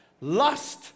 lust